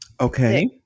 Okay